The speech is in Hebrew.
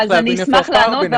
אני אשמח לענות,